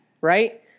right